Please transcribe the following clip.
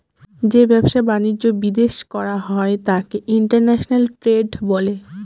যে ব্যবসা বাণিজ্য বিদেশ করা হয় তাকে ইন্টারন্যাশনাল ট্রেড বলে